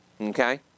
Okay